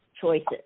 choices